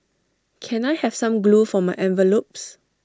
can I have some glue for my envelopes